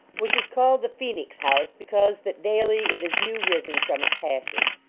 which is called the phoenix house, because that daily it is new-risen from its hashes.